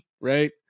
right